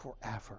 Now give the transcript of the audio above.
forever